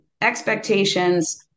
expectations